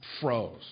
froze